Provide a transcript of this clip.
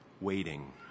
waiting